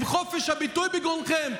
אם חופש הביטוי בגרונכם,